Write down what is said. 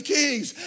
kings